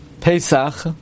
Pesach